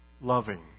loving